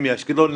אני מאשקלון,